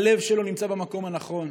הלב שלו נמצא במקום הנכון,